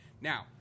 Now